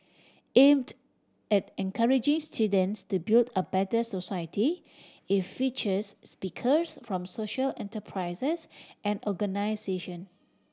aimed at encouraging students to build a better society it features speakers from social enterprises and organisation